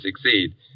succeed